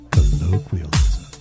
Colloquialism